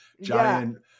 giant